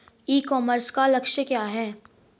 ई commerce का लक्ष्य क्या है?